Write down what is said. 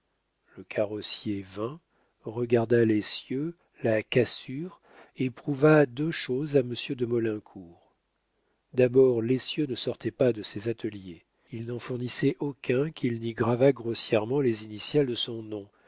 le carrossier vint regarda l'essieu la cassure et prouva deux choses à monsieur de maulincour d'abord l'essieu ne sortait pas de ses ateliers il n'en fournissait aucun qu'il n'y gravât grossièrement les initiales de son nom